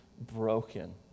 broken